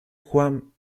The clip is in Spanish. juan